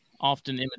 often